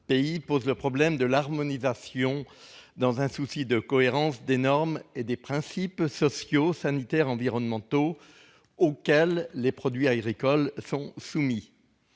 -posent le problème de l'harmonisation et de la cohérence des normes et principes sociaux, sanitaires et environnementaux auxquels les produits agricoles sont soumis.